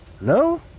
No